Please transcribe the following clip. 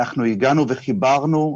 אנחנו הגענו וחיברנו,